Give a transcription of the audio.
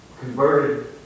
converted